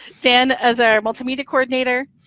dan is our multimedia coordinator,